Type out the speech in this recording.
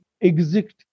exit